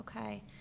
okay